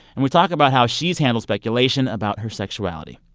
and we talk about how she's handled speculation about her sexuality.